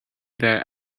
there